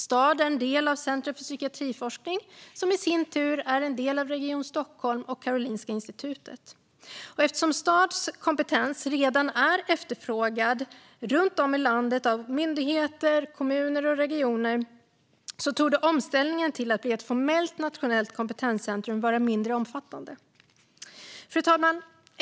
STAD är en del av Centrum för psykiatriforskning, som i sin tur är en del av Region Stockholm och Karolinska institutet. Och eftersom STAD:s kompetens redan är efterfrågad runt om i landet av myndigheter, kommuner och regioner torde omställningen till att bli ett formellt nationellt kompetenscentrum vara mindre omfattande. Fru talman!